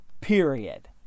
period